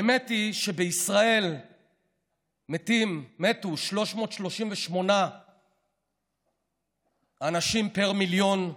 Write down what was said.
האמת היא שבישראל מתים, מתו, 338 אנשים פר מיליון.